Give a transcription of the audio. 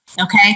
Okay